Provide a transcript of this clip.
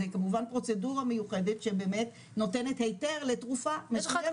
זו כמובן פרוצדורה מיוחדת שבאמת נותנת היתר לתרופה מסוימת לפקודת הסמים.